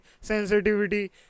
sensitivity